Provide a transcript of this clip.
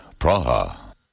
Praha